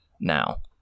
now